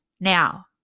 Now